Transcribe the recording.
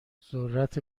ذرت